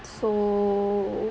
so